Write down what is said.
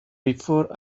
before